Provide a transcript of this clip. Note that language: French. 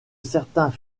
certains